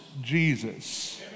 Jesus